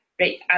Right